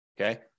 okay